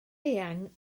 eang